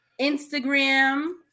Instagram